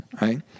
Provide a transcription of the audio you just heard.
right